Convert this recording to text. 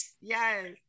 Yes